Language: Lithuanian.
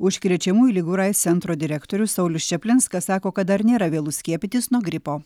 užkrečiamųjų ligų ir aids centro direktorius saulius čaplinskas sako kad dar nėra vėlu skiepytis nuo gripo